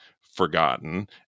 forgotten